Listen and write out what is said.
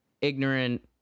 ignorant